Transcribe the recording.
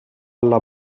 alla